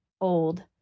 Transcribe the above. old